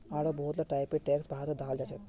आढ़ो बहुत ला टाइपेर टैक्स भारतत दखाल जाछेक